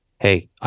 hey